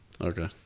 okay